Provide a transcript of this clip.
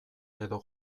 edo